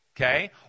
Okay